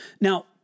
Now